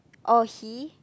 oh he